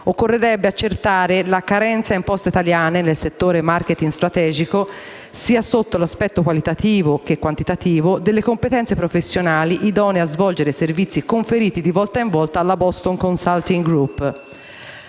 Occorrerebbe accertare la carenza nella società Poste italiane (nel settore *marketing* strategico), sia sotto l'aspetto qualitativo che quantitativo, delle competenze professionali idonee a svolgere i servizi conferiti di volta in volta alla Boston consulting group.